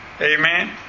Amen